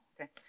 okay